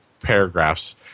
paragraphs